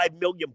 million